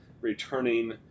returning